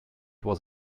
was